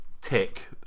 tick